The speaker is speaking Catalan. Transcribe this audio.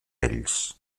ells